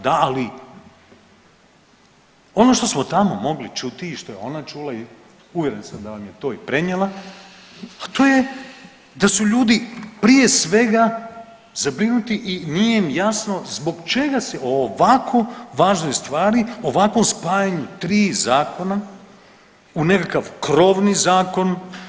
Da, ali ono što smo tamo mogli čuti i što je ona čula i uvjeren sam da vam je to prenijela, pa to je da su ljudi prije svega zabrinuti i nije im jasno zbog čega se o ovako važnoj stvari, ovakvom spajanju tri zakona u nekakav krovni zakon.